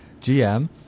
GM